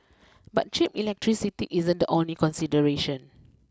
but cheap electricity isn't the only consideration